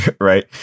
Right